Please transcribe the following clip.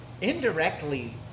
indirectly